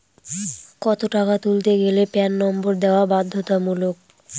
কত টাকা তুলতে গেলে প্যান নম্বর দেওয়া বাধ্যতামূলক?